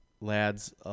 lads